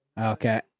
Okay